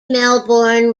melbourne